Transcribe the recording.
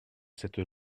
cette